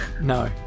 No